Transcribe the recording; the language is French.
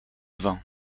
vin